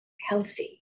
healthy